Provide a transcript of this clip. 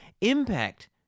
Impact